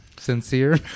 sincere